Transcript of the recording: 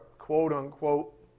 quote-unquote